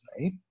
right